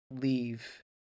leave